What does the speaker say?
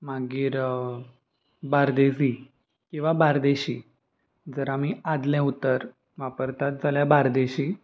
मागीर बार्देजी किंवां बारदेशी जर आमी आदलें उतर वापरतात जाल्यार बारदेशी